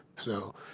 so,